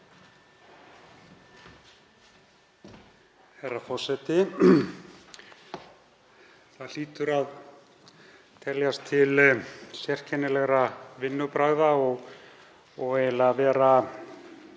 Herra forseti. Það hlýtur að teljast til sérkennilegra vinnubragða og eiginlega vera